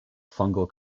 fungal